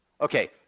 Okay